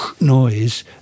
noise